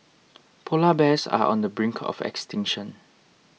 Polar Bears are on the brink of extinction